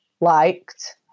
liked